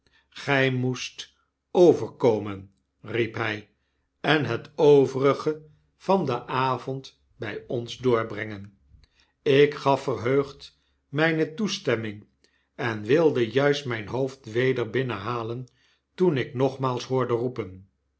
gy moest overkomen riep hy en het overige van den avond by ons doorbrengen ik gaf verheugd myne toestemming en wilde juist myn hoofd weder binnenhalen toen ik nogmaals hoorde roepen